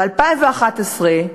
ב-2011,